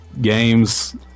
games